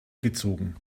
gezogen